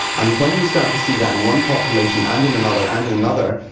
and when you start to see that in one population and in another and in another,